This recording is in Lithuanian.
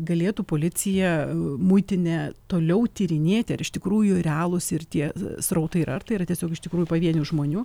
galėtų policija muitinė toliau tyrinėti ar iš tikrųjų realūs ir tie srautai yra ar tai yra tiesiog iš tikrųjų pavienių žmonių